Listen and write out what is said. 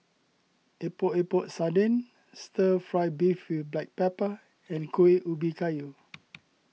Epok Epok Sardin Stir Fry Beef with Black Pepper and Kuih Ubi Kayu